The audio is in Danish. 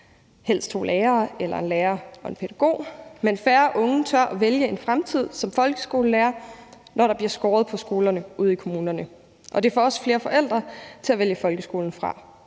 helst to lærere eller en lærer og en pædagog. Men færre unge tør vælge en fremtid som folkeskolelærer, når der bliver skåret på skolerne ude i kommunerne, og det får også flere forældre til at vælge folkeskolen fra.